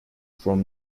from